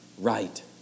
right